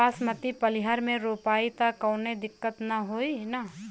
बासमती पलिहर में रोपाई त कवनो दिक्कत ना होई न?